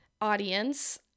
audience